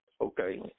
Okay